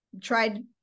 tried